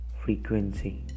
frequency